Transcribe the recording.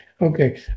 Okay